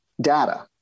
data